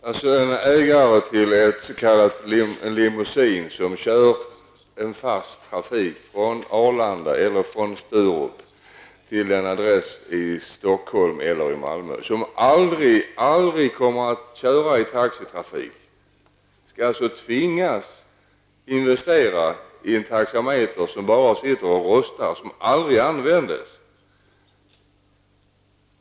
Herr talman! En ägare till en limousin som kör i fast trafik från Arlanda eller Sturup till en adress i Stockholm eller Malmö och som aldrig, aldrig kommer att köra i taxitrafik, skall alltså tvingas investera i en taxameter som bara sitter och rostar och som aldrig används.